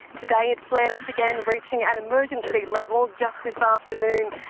today it flared up again reaching and emergency level just this afternoon.